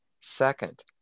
Second